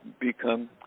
become